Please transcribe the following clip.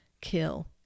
kill